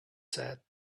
said